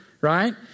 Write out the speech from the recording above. Right